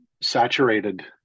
saturated